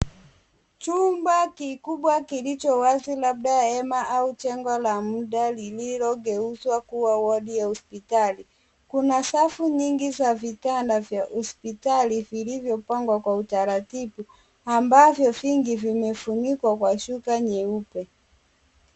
Chumba kikubwa kilichowazi labda hema au jengo la muda lililogeuzwa kuwa wodi ya hospitali. Kuna safu nyingi za vitanda vya hospitali vilivyopangwa kwa utaratibu, ambavyo vingi vimefunikwa kwa shuka nyeupe.